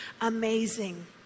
amazing